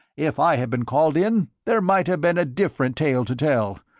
if i had been called in there might have been a different tale to tell.